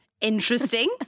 interesting